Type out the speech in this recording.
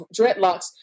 dreadlocks